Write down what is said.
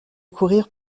courir